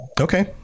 Okay